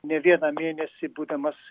ne vieną mėnesį būdamas